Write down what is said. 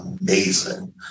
amazing